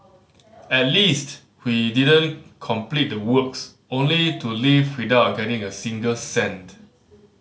at least we didn't complete the works only to leave without getting a single cent